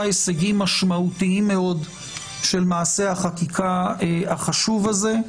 הישגים משמעותיים מאוד של מעשה החקיקה החשוב הזה.